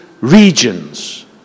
regions